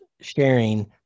sharing